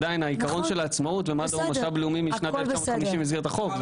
עדיין העיקרון של העצמאות ומד"א הוא משאב לאומי משנת 1950 במסגרת החוק,